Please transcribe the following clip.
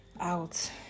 out